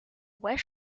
west